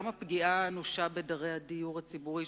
גם הפגיעה האנושה בדרי הדיור הציבורי,